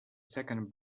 second